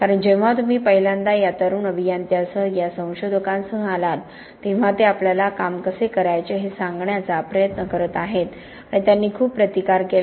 कारण जेव्हा तुम्ही पहिल्यांदा या तरुण अभियंत्यांसह या संशोधकांसह आलात तेव्हा ते आपल्याला काम कसे करायचे हे सांगण्याचा प्रयत्न करीत आहेत आणि त्यांनी खूप प्रतिकार केला